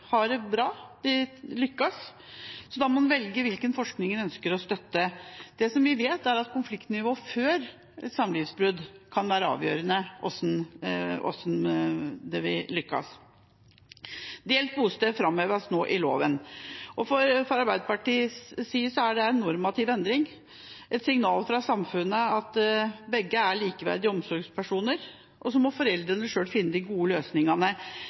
har det bra, og at de lykkes. Da må en velge hvilken forskning en ønsker å støtte. Det vi vet, er at konfliktnivået før et samlivsbrudd kan være avgjørende for om en vil lykkes. Delt bosted framheves nå i loven, og fra Arbeiderpartiets side er dette en normativ endring, et signal fra samfunnet om at begge er likeverdige omsorgspersoner, og så må foreldrene selv finne de gode løsningene,